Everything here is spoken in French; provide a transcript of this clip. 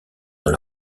dans